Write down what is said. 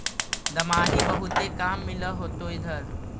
दमाहि बहुते काम मिल होतो इधर?